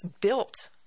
built